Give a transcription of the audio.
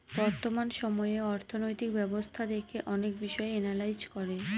বর্তমান সময়ে অর্থনৈতিক ব্যবস্থা দেখে অনেক বিষয় এনালাইজ করে